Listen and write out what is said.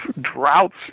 droughts